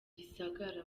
gisagara